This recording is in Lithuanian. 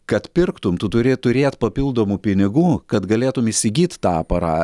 kad pirktum tu turi turėt papildomų pinigų kad galėtum įsigyti tą apara